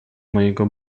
mojego